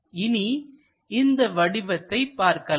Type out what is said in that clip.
இனி இந்த வடிவத்தை பார்க்கலாம்